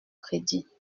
crédit